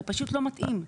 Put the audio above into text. פשוט לא מתאים.